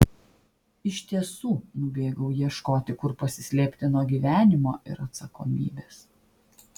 iš tiesų nubėgau ieškoti kur pasislėpti nuo gyvenimo ir atsakomybės